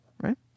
right